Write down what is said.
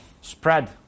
spread